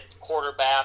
quarterback